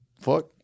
fuck